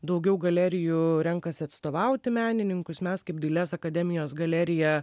daugiau galerijų renkasi atstovauti menininkus mes kaip dailės akademijos galerija